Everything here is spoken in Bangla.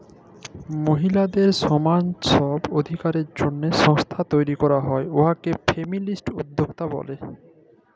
মহিলাদের ছমাল ছব অধিকারের জ্যনহে সংস্থা তৈরি ক্যরা হ্যয় উয়াকে ফেমিলিস্ট উদ্যক্তা ব্যলি